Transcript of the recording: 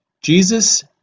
Jesus